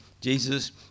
Jesus